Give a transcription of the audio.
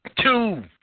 Two